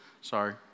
sorry